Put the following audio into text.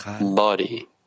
body